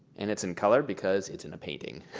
and it's in color because it's in a painting.